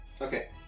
Okay